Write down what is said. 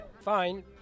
Fine